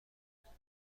بسیار